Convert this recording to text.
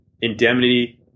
indemnity